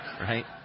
Right